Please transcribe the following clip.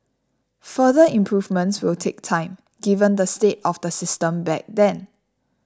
further improvements will take time given the state of the system back then